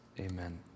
amen